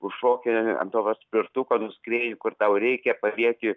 užšoki ant to paspirtuko nuskrieji kur tau reikia palieki